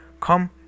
come